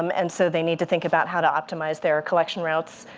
um and so they need to think about how to optimize their collection routes.